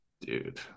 Dude